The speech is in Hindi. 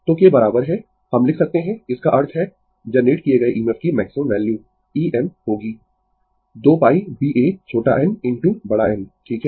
तो के बराबर है हम लिख सकते है इसका अर्थ है जनरेट किये गये EMF की मैक्सिमम वैल्यू Em होगी 2 π B a छोटा n इनटू बड़ा N ठीक है